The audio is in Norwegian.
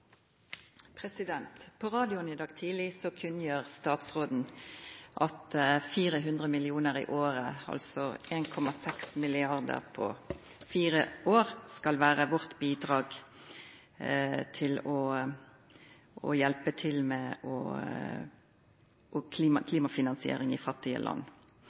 På radioen i dag tidleg kunngjorde statsråden at 400 mill. kr i året, altså 1,6 mrd. kr på fire år, skal vera vårt bidrag for å hjelpa til med klimafinansiering i fattige land.